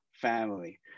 family